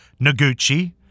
Noguchi